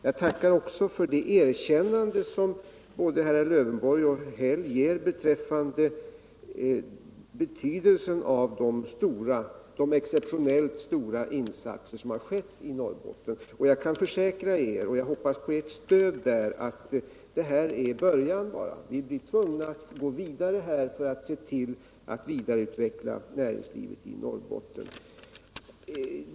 Jag tackar också för det erkännande som både herr Lövenborg och herr Häll ger om betydelsen av de exceptionellt stora insatser som har skett i Norrbotten. Jag kan försäkra er — och jag hoppas på ert stöd härvidlag — att detta bara är början. Vi blir tvungna att gå vidare för att se till att utveckla näringslivet i Norrbotten.